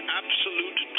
absolute